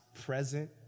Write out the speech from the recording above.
present